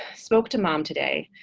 spoke to mom today.